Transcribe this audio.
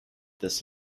this